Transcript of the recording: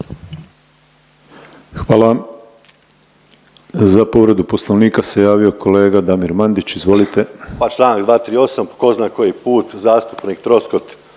Hvala. Za povredu poslovnika se javio kolega Damir Mandić. Izvolite. **Mandić, Damir (HDZ)** Zastupnik Troskot